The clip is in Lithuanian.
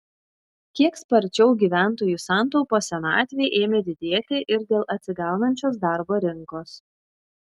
kiek sparčiau gyventojų santaupos senatvei ėmė didėti ir dėl atsigaunančios darbo rinkos